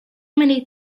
many